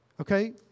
Okay